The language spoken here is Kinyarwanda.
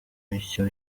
icyo